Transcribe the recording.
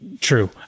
true